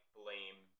blame